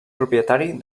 propietari